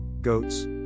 goats